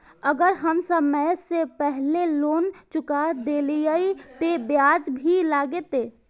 अगर हम समय से पहले लोन चुका देलीय ते ब्याज भी लगते?